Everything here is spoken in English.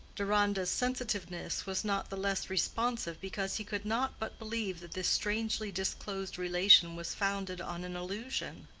deronda's sensitiveness was not the less responsive because he could not but believe that this strangely-disclosed relation was founded on an illusion.